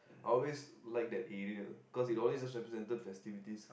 I always like that area cause it always just represented festivities